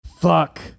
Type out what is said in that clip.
Fuck